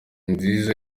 nziza